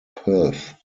perth